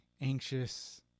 anxious